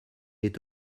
est